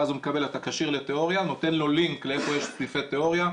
ואז הוא מקבל: אתה כשיר לתיאוריה וניתן לו לינק איפה יש סניפי תיאוריה,